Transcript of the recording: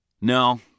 No